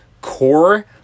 core